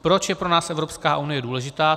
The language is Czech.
Proč je pro nás Evropská unie důležitá?